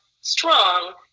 strong